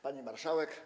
Pani Marszałek!